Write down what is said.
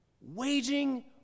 Waging